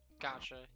Gotcha